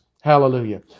Hallelujah